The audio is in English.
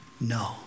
no